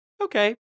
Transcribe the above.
okay